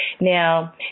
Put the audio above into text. Now